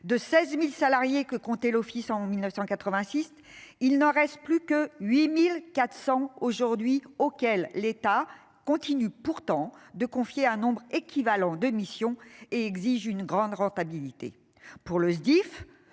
De 16.000 salariés que comptait l'Office en 1986. Il ne reste plus que 8400 aujourd'hui, auquel l'État continue pourtant de confier à un nombre équivalent de mission et exige une grande rentabilité pour le STIF.